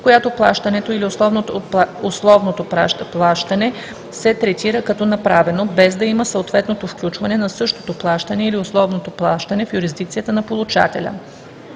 в която плащането или условното плащане се третира като направено (юрисдикция на платеца), без да има съответното включване на същото плащане или условното плащане в юрисдикцията на получателя.